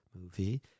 movie